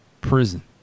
prison